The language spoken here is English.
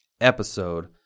episode